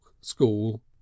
School